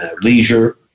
leisure